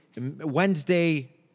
Wednesday